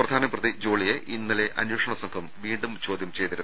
പ്രധാന പ്രതി ജോളിയെ ഇന്നലെ അന്വേഷണ സംഘം വീണ്ടും ചോദ്യം ചെയ്തിരുന്നു